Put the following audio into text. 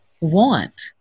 want